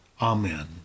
amen